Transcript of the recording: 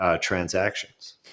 transactions